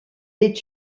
est